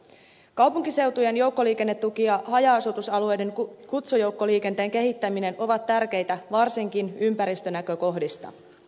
kaupunkiseutujen joukkoliikennetuki ja haja asutusalueiden kutsujoukkoliikenteen kehittäminen ovat tärkeitä varsinkin ympäristönäkökohdista